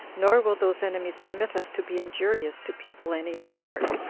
nor will those enemies permit us to be injurious to people any longer.